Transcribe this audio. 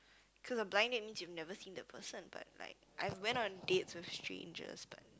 cause a blind date means you've never seen the person but like I've went on dates with strangers but